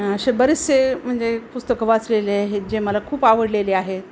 असे बरेचसे म्हणजे पुस्तकं वाचलेले आहेत जे मला खूप आवडलेले आहेत